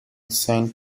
saint